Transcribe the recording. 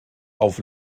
auf